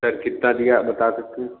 sir कितना दिया बता सकते हैं